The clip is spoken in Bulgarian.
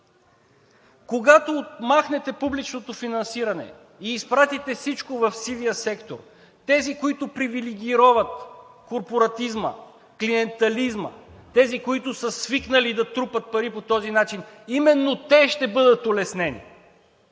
Когато махнете публичното финансиране и изпратите всичко в сивия сектор, тези, които привилегироват корпоратизма, клиентелизма, тези, които са свикнали да трупат пари по този начин, именно те ще бъдат улеснени.